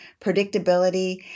predictability